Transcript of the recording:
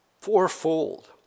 fourfold